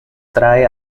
trae